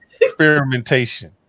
experimentation